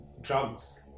drugs